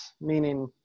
meaning